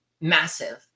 massive